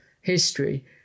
history